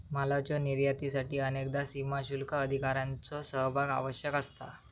मालाच्यो निर्यातीसाठी अनेकदा सीमाशुल्क अधिकाऱ्यांचो सहभाग आवश्यक असता